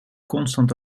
constant